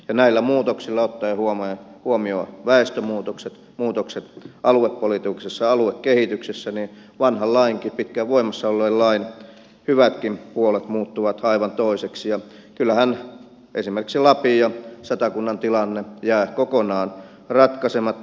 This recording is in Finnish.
näillä muutoksilla ottaen huomioon väestömuutokset muutokset aluepolitiikassa ja aluekehityksessä vanhan lain pitkään voimassa olleen lain hyvätkin puolet muuttuvat aivan toiseksi ja kyllähän esimerkiksi lapin ja satakunnan tilanne jää kokonaan ratkaisematta